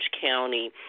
County